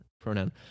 pronoun